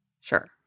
Sure